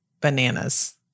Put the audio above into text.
bananas